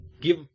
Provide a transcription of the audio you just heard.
give